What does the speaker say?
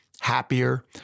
happier